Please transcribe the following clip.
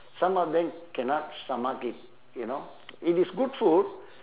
some of them cannot stomach it you know it is good food